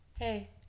Hey